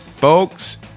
Folks